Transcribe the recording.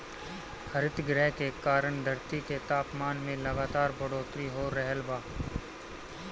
हरितगृह के कारण धरती के तापमान में लगातार बढ़ोतरी हो रहल बा